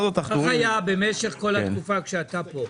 כך היה במשך כל התקופה כשאתה פה.